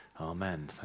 Amen